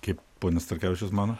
kaip ponas starkevičius mano